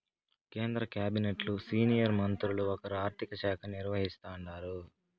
కేంద్ర కాబినెట్లు సీనియర్ మంత్రుల్ల ఒకరు ఆర్థిక శాఖ నిర్వహిస్తాండారు